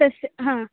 तस्य हा